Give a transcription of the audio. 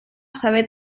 saber